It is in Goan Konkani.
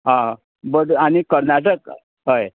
आं बरें आनी कर्नाटक हय